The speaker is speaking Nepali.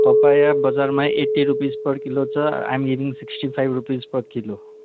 पपाया बजारमा एट्टी रुपिज पर किलो छ I am giving sixty five rupees per kilo